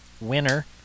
Winner